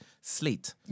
slate